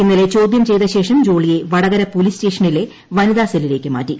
ഇന്നലെ ചോദ്യം ചെയ്ത ശേഷം ജോളിയെ വടകര പോലീസ് സ്റ്റേഷനിലെ വനിതാ സെല്ലിലേക്ക് മാറ്റി